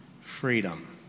freedom